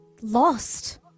lost